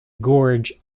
gorge